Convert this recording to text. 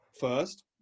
first